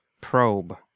Probe